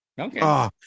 Okay